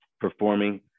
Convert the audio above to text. performing